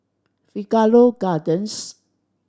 Figaro Gardens